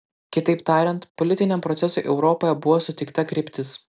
kitaip tariant politiniam procesui europoje buvo suteikta kryptis